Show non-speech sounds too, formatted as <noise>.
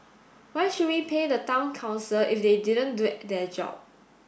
why should we pay the Town Council if they didn't <unintelligible> do their job